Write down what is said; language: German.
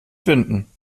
finden